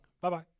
Bye-bye